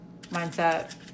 mindset